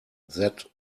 that